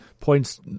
points